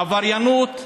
עבריינות,